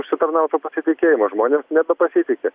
užsitarnautų pasitikėjimą žmonėms nebepasitiki